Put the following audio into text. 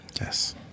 Yes